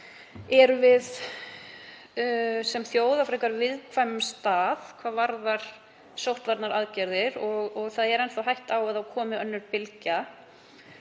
erum við sem þjóð á frekar viðkvæmum stað hvað varðar sóttvarnaaðgerðir og enn þá er hætta á að það komi önnur bylgja.